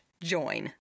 join